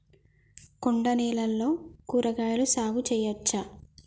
కొండ నేలల్లో కూరగాయల సాగు చేయచ్చా?